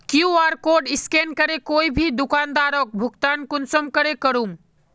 QR code scan करे कोई भी दुकानदारोक भुगतान कुंसम करे करूम?